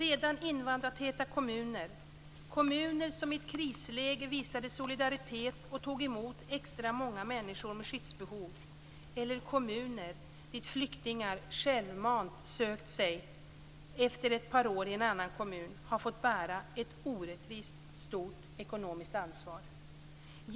Redan invandrartäta kommuner, kommuner som i ett krisläge visade solidaritet och tog emot extra många människor med skyddsbehov eller kommuner dit flyktingar självmant sökt sig efter ett par år i en annan kommun, har fått bära ett orättvist stort ekonomiskt ansvar.